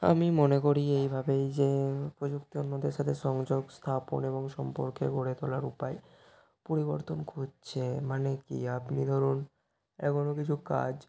আমি মনে করি এইভাবেই যে প্রযুক্তি অন্যদের সাথে সংযোগ স্থাপন এবং সম্পর্কের গড়ে তোলার উপায় পরিবর্তন হচ্ছে মানে কি আপনি ধরুন এখনও কিছু কাজ